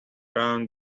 round